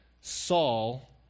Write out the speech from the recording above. Saul